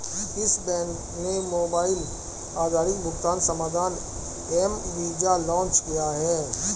किस बैंक ने मोबाइल आधारित भुगतान समाधान एम वीज़ा लॉन्च किया है?